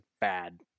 bad